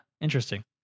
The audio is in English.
interesting